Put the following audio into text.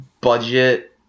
budget